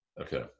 Okay